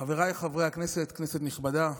חבריי חברי הכנסת, כנסת נכבדה,